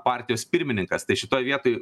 partijos pirmininkas tai šitoj vietoj